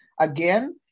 Again